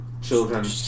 children